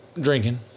Drinking